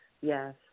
yes